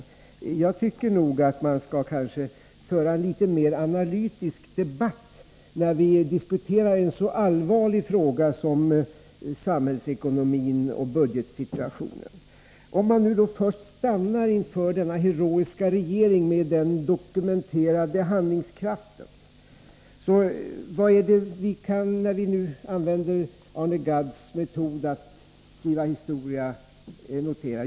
Själv tycker jag nog att det finns anledning att föra en något mer analytisk debatt när vi diskuterar en så allvarlig fråga som samhällsekonomin och budgetsituationen. Låt oss först stanna vid denna heroiska regering med den dokumenterade handlingskraften. Vad är det vi kan notera med Arne Gadds metod att skriva historia?